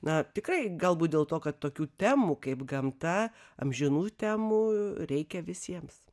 na tikrai galbūt dėl to kad tokių temų kaip gamta amžinų temų reikia visiems